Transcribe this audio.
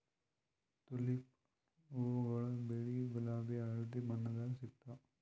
tulip ಹೂವಾಗೊಳ್ ಬಿಳಿ ಗುಲಾಬಿ ಹಳದಿ ಬಣ್ಣದಾಗ್ ಸಿಗ್ತಾವ್